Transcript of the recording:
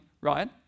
right